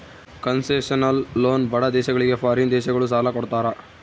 concessional loan ಬಡ ದೇಶಗಳಿಗೆ foreign ದೇಶಗಳು ಸಾಲ ಕೊಡ್ತಾರ